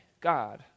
god